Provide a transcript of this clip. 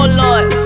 lord